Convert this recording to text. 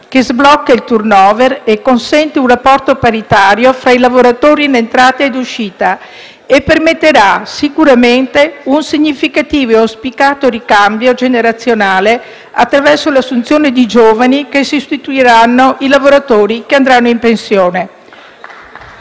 che, sbloccando il *turnover* e consentendo un rapporto paritario fra lavoratori in entrata ed uscita, permetterà sicuramente un significativo e auspicato ricambio generazionale attraverso l'assunzione di giovani che sostituiranno i lavoratori che andranno in pensione.